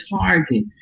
target